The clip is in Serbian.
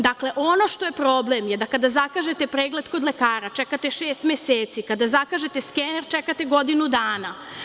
Dakle, ono što je problem je da kada zakažete pregled kod lekara čekate šest meseci, kada zakažete skener čekate godinu dana.